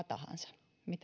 tahansa